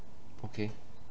okay